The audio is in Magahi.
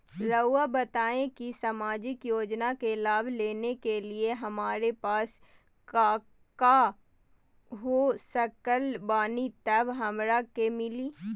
रहुआ बताएं कि सामाजिक योजना के लाभ लेने के लिए हमारे पास काका हो सकल बानी तब हमरा के मिली?